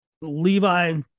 Levi